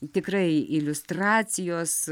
tikrai iliustracijos